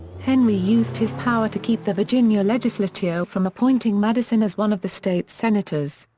henry used his power to keep the virginia legislature from appointing madison as one of the state's senators.